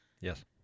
Yes